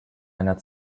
einer